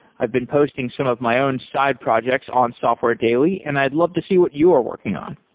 i've been posting some of my own side projects on software daily and i'd love to see what you are working on.